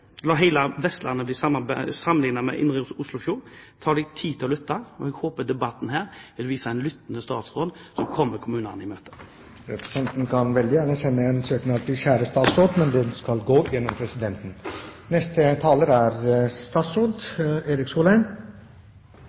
la hele Vestlandet bli sammenlignet med Indre Oslofjord. Ta deg tid til å lytte. Vi håper debatten her vil vise en lyttende statsråd som kommer kommunene i møte. Representanten kan gjerne sende en søknad til «kjære statsråd», men all tale skal gå via presidenten. Jeg er glad for at Arve Kambe rakk fra treningsstudioet til stortingssalen – det er